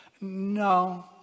No